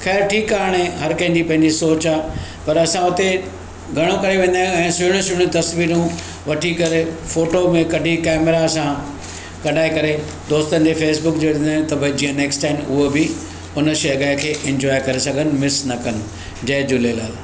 ख़ैरु ठीकु आहे हाणे हर कंहिं जी पंहिंजी सोच आहे पर असां हुते घणो करे वेंदा आहियूं ऐं सुहिणियूं सुहिणियूं तस्वीरूं वठी करे फोटो में कढी कैमेरा सां कॾहिं कडहिं दोस्तनि जे फेसबुक जे विझंदा ते विझंदा आहियूं त जीअं नेक्स्ट टाइम उन शइ ग खे इंजॉय करे सघनि मिस न करनि जय झूलेलाल